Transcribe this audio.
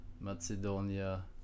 Macedonia